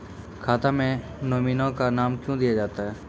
खाता मे नोमिनी का नाम क्यो दिया जाता हैं?